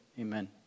Amen